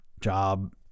job